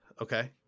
Okay